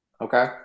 Okay